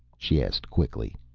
she asked quickly.